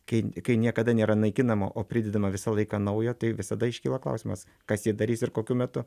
kai kai niekada nėra naikinama o pridedama visą laiką naujo tai visada iškyla klausimas kas jį darys ir kokiu metu